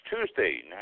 Tuesday